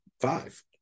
five